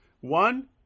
One